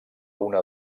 una